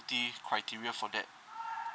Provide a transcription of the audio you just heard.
criteria for that